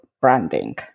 branding